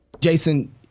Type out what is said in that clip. Jason